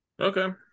Okay